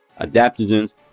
adaptogens